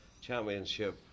championship